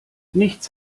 nichts